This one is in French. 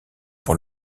pour